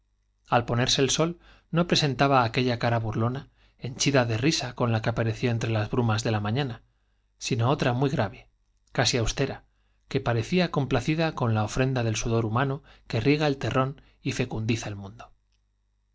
al ponerse el rol no presentaba aquella cara burlona henchida de risa con que apareció entre las brumas de la mañana sino otra muy grave casi austera que pare cía complacida con la ofrenda d'el sudor humano que riega el terr ón y